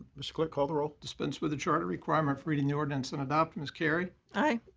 mr. clerk, call the roll. dispense with the charter requirement for reading the ordinance and adopt. ms. carry. aye.